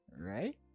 right